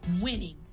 winning